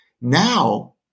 Now